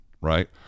right